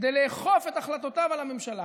כדי לאכוף את החלטותיו על הממשלה.